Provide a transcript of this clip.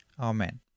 Amen